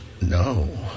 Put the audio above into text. no